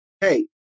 hey